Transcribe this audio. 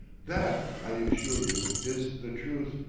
that, i assure you, is the truth,